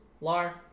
lar